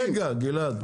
גלעד,